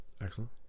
excellent